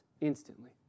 instantly